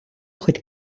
хоть